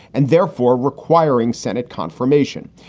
and therefore requiring senate confirmation.